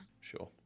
Sure